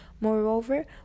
Moreover